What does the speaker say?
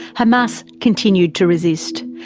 hamas continued to resist,